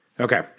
Okay